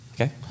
Okay